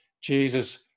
Jesus